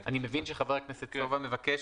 אני מבין שחבר הכנסת סובה מבקש,